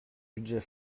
budget